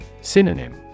Synonym